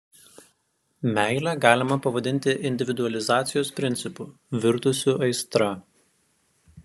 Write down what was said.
meilę galima pavadinti individualizacijos principu virtusiu aistra